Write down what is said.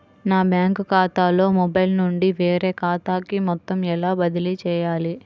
నా బ్యాంక్ ఖాతాలో మొబైల్ నుండి వేరే ఖాతాకి మొత్తం ఎలా బదిలీ చేయాలి?